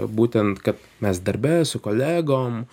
būtent kad mes darbe su kolegom